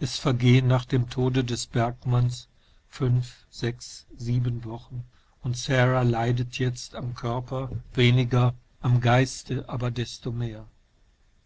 es vergehen nach dem tode des bergmanns fünf sechs sieben wochen und sara leidet jetzt am körper weniger am geiste aber desto mehr